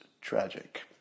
tragic